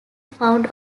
found